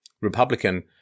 Republican